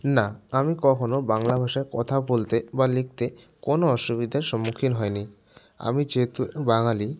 না আমি কখনও বাংলা ভাষায় কথা বলতে বা লিকতে কোনো অসুবিধার সম্মুখীন হই নি আমি যেহেতু বাঙালি